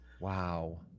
Wow